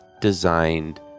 designed